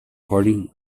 party